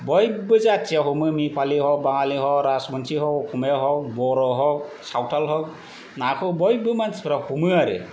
बयबो जातिया हमो नेपालि हक बांगालि हक राजबंशि हक अखमिया हक बर' हक सावथाल हक नाखौ बयबो मानसिफोरा हमो आरो